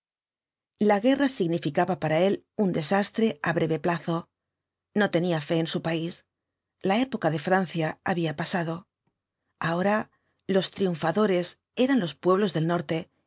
ijíi guerra significaba para él un desastre á breve plazo no tenía fe en su país la época de francia había pasado ahora los triunfadores eran los pueblos del norte